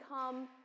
come